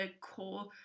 core